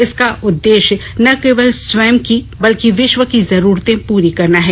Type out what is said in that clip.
इसका उददेश्य न केवल स्वयं की बल्कि विश्व की जरूरते पूरी करना है